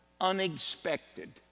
unexpected